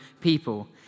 people